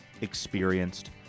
experienced